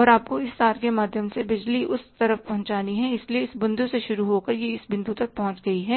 और आपको इस तार के माध्यम से बिजली उस तरफ पहुँचानी है इसलिए इस बिंदु से शुरू होकर यह इस बिंदु तक पहुंच गई है